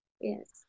yes